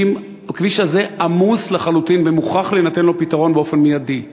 הכביש הזה עמוס לחלוטין ומוכרח להינתן לו פתרון באופן מיידי.